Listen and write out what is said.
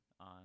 on